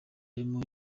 arimo